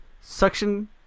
suction